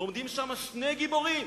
ועומדים שם שני גיבורים,